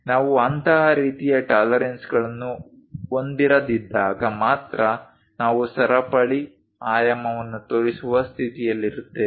ನಾವು ಅಂತಹ ರೀತಿಯ ಟಾಲರೆನ್ಸ್ಗಳನ್ನು ಹೊಂದಿರದಿದ್ದಾಗ ಮಾತ್ರ ನಾವು ಸರಪಳಿ ಆಯಾಮವನ್ನು ತೋರಿಸುವ ಸ್ಥಿತಿಯಲ್ಲಿರುತ್ತೇವೆ